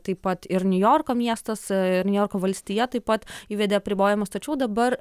taip pat ir niujorko miestas ir niujorko valstija taip pat įvedė apribojimus tačiau dabar